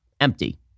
empty